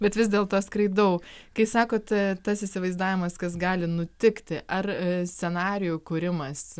bet vis dėlto skraidau kai sakot tas įsivaizdavimas kas gali nutikti ar scenarijų kūrimas